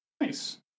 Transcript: Nice